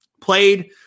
Played